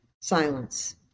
silence